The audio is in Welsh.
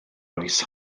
oes